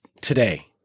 today